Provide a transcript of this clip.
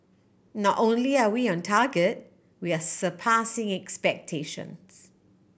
not only are we on target we are surpassing expectations